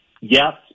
Yes